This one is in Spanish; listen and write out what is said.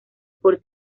por